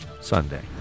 Sunday